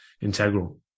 integral